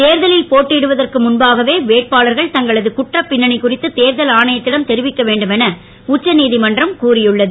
தேர்தலில் போட்டியிடுவதற்கு முன்பாகவே வேட்பாளர்கள் தங்களது குற்றப் பின்னணி குறித்து தேர்தல் ஆணையத்திடம் தெரிவிக்க வேண்டும் என உச்சநீதிமன்றம் கூறியுள்ளது